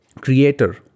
creator